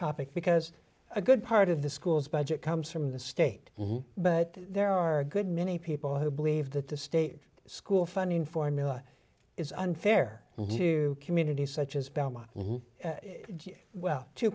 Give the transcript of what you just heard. topic because a good part of the school's budget comes from the state but there are a good many people who believe that the state school funding formula is unfair to communities such as belmont well two